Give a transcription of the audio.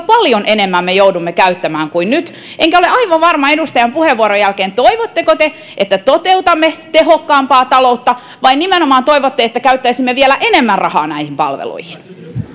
paljon enemmän me joudumme käyttämään kuin nyt enkä ole aivan varma edustajan puheenvuoron jälkeen toivotteko te että toteutamme tehokkaampaa taloutta vai toivotteko nimenomaan että käyttäisimme vielä enemmän rahaa näihin palveluihin